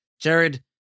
Jared